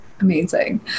Amazing